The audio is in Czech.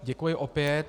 Děkuji opět.